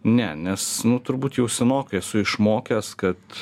ne nes nu turbūt jau senokai esu išmokęs kad